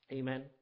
Amen